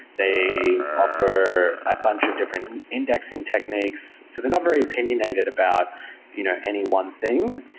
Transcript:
they offer a bunch of different and indexing techniques. so they're not very opinionated about you know any one thing.